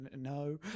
No